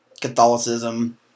Catholicism